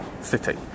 city